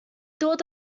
thought